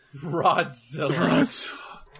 Rodzilla